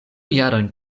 jarojn